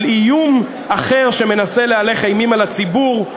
איום אחר שמנסה להלך אימים על הציבור,